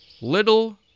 little